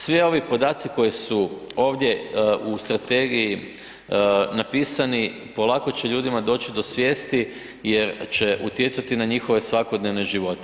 Svi ovi podaci koji su ovdje u strategiji napisani polako će ljudima doći do svijesti jer će utjecati na njihove svakodnevne živote.